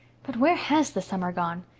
but where has the summer gone?